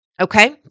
Okay